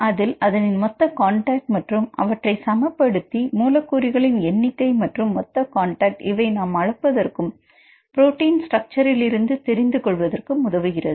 அதில் அதனின் மொத்த காண்டாக்ட் மற்றும் அவற்றை சமப்படுத்தி மூலக்கூறுகளின் எண்ணிக்கை மற்றும் மொத்த காண்டாக்ட் இவை நாம் அளப்பதற்கும் புரோட்டீன் ஸ்ட்ரக்சர் இலிருந்து தெரிந்து கொள்வதற்கும் உதவுகிறது